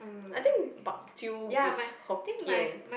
I think bak chew is Hokkien